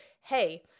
hey